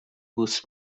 بوس